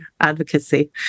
Advocacy